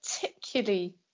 particularly